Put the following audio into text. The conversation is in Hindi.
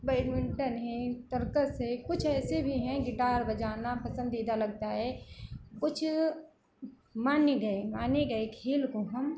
बैडमिन्टन है तरकस है कुछ ऐसे भी हैं गिटार बजाना पसंदीदा लगता है कुछ मन गए माने गए खेल को हम